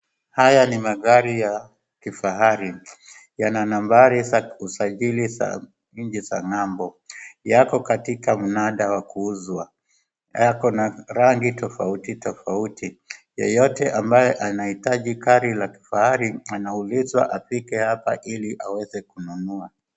Haya ni magari ya kifahari, yana nambari za usajili za nje za ng'ambo. Yako katika mnada wa kuuzwa, yako na rangi tofauti tofauti. Yeyote ambaye anahitaji gari la kifahari anaulizwa afike hapa ili aweze kununua.